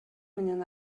менен